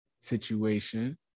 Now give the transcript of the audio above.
situation